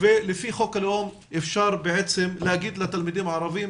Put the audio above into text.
ולפי החוק הלאום אפשר בעצם להגיד לתלמידים הערבים